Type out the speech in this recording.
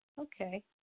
Okay